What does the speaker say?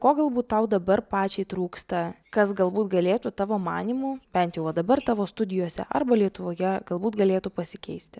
ko galbūt tau dabar pačiai trūksta kas galbūt galėtų tavo manymu bent jau va dabar tavo studijose arba lietuvoje galbūt galėtų pasikeisti